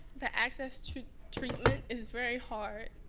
the access to treatment is very hard,